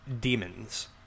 Demons